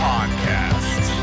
Podcast